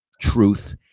truth